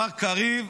מר קריב,